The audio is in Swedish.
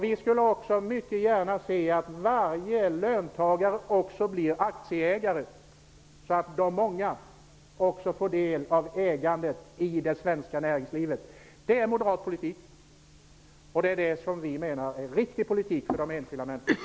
Vi skulle också mycket gärna se att varje löntagare även blir aktieägare. Då får de många också del av ägandet i det svenska näringslivet. Det är moderat politik. Det är riktig politik för de enskilda människorna.